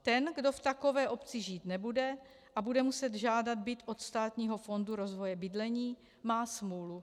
Ten, kdo v takové obci žít nebude a bude muset žádat byt od Státního fondu rozvoje bydlení, má smůlu.